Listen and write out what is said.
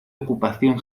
ocupación